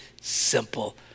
simple